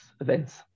events